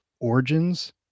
origins